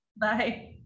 Bye